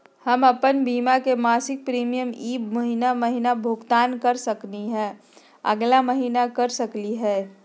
हम अप्पन बीमा के मासिक प्रीमियम ई महीना महिना भुगतान कर सकली हे, अगला महीना कर सकली हई?